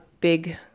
big